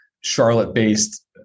Charlotte-based